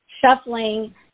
shuffling